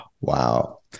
Wow